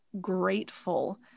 grateful